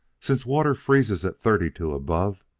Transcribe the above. since water freezes at thirty-two above,